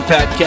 Pat